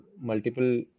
multiple